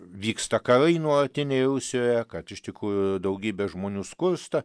vyksta karai nuolatiniai rusijoje kad iš tikrųjų daugybė žmonių skursta